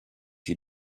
you